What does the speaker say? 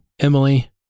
Emily